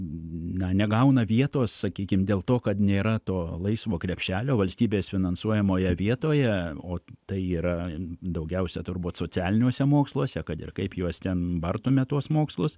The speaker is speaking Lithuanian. na negauna vietos sakykim dėl to kad nėra to laisvo krepšelio valstybės finansuojamoje vietoje o tai yra daugiausiai turbūt socialiniuose moksluose kad ir kaip juos ten bartumėme tuos mokslus